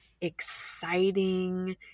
exciting